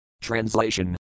Translation